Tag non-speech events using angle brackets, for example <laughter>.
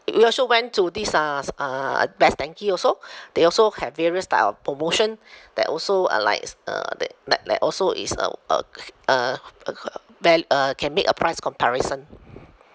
we also went to this uh s~ uh best denki also they also have various type of promotion that also uh likes uh that that also is uh uh <noise> uh bell uh can make a price comparison